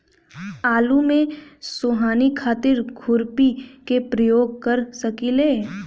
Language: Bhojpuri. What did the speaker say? आलू में सोहनी खातिर खुरपी के प्रयोग कर सकीले?